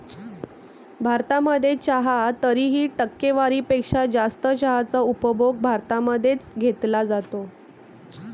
भारतामध्ये चहा तरीही, टक्केवारी पेक्षा जास्त चहाचा उपभोग भारतामध्ये च घेतला जातो